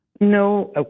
No